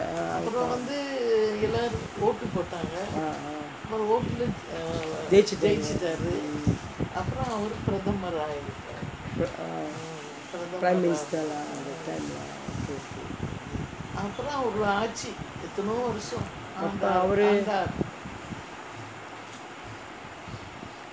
ah ஜெயிச்சுட்டாங்கே லா:jeyichutaangae laa prime minister lah okay okay அவரு:avaru